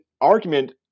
argument